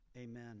Amen